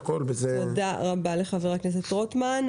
תודה רבה לחבר הכנסת רוטמן.